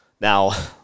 Now